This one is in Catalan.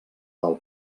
del